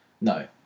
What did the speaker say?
No